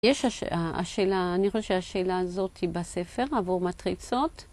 אני חושבת שהשאלה הזאת היא בספר עבור מטריצות.